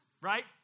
Right